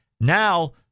Now